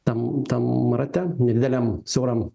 tam tam rate nedideliam siauram